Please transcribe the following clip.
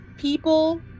people